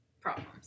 problems